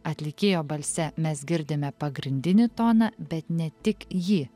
atlikėjo balse mes girdime pagrindinį toną bet ne tik jį